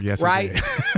right